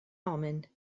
almond